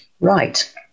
Right